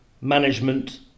management